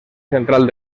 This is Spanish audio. central